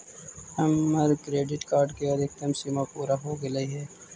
हमर credit card के अधिकतम सीमा पूरा हो गेलई हे